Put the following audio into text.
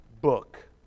book